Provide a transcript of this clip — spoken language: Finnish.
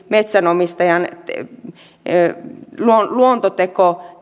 metsänomistajan henkilökohtainen luontoteko